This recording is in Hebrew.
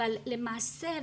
אבל למעשה,